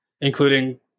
including